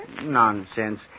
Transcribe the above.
Nonsense